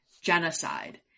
genocide